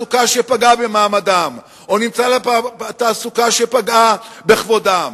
או נמצאה להם תעסוקה שפגעה במעמדם,